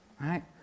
Right